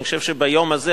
אני חושב שביום הזה,